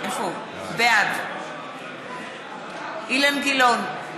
בעד אילן גילאון,